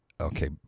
okay